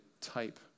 type